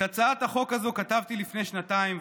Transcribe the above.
את הצעת החוק הזאת כתבתי לפני שנתיים,